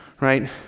right